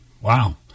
wow